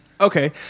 Okay